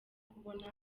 kubona